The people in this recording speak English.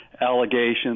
allegations